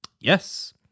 Yes